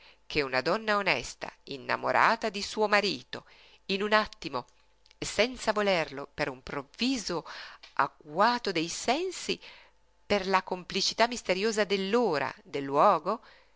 che una donna onesta innamorata di suo marito in un attimo senza volerlo per un improvviso agguato dei sensi per la complicità misteriosa dell'ora del luogo